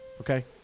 okay